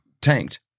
tanked